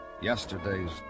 Yesterday's